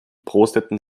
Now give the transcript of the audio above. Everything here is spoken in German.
prosteten